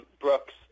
Brooks